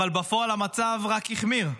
אבל בפועל המצב רק החמיר?